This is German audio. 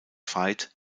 veit